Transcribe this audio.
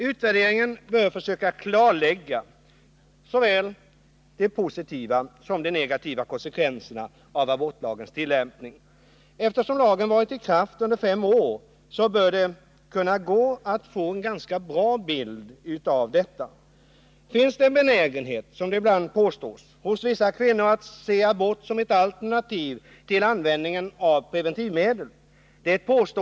Utvärderingen bör försöka klarlägga såväl de positiva som de negativa konsekvenserna av abortlagens tillämpning. Eftersom lagen varit i kraft under fem år, så bör det vara möjligt att få en ganska bra bild av detta. Det sägs att det finns en benägenhet hos vissa kvinnor att se abort som ett alternativ till användning av preventivmedel.